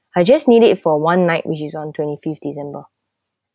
I just need it for one night wishes on twenty fifth december